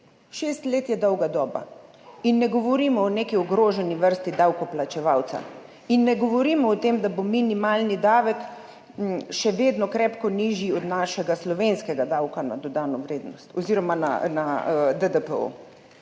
6 let je dolga doba in ne govorimo o neki ogroženi vrsti davkoplačevalca. In ne govorimo o tem, da bo minimalni davek še vedno krepko nižji od našega slovenskega davka od dohodkov pravnih oseb.